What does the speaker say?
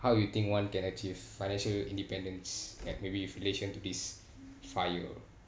how you think one can achieve financial independence that maybe in relation to this fire